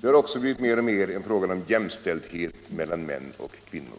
Det har också mer och mer blivit en fråga om jämställdhet mellan män och kvinnor.